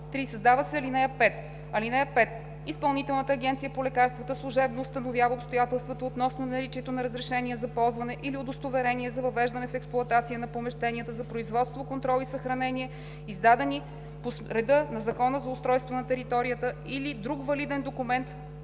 3. Създава се ал. 5: „(5) Изпълнителната агенция по лекарствата служебно установява обстоятелствата относно наличието на разрешение за ползване или удостоверение за въвеждане в експлоатация на помещенията за производство, контрол и съхранение, издадени по реда на Закона за устройство на територията, или на друг валиден документ